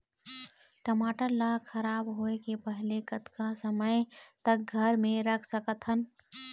टमाटर ला खराब होय के पहले कतका समय तक घर मे रख सकत हन?